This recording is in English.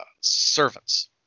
servants